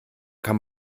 kann